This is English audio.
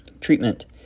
Treatment